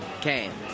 came